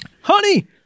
Honey